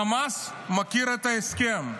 חמאס מכיר את ההסכם.